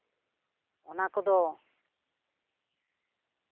ᱚᱱᱟ ᱠᱚᱫᱚ